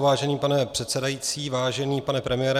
Vážený pane předsedající, vážený pane premiére.